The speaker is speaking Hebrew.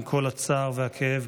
עם כל הצער והכאב,